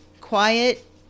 Quiet